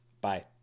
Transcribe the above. Bye